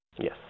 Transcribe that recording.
Yes